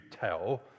tell